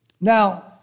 Now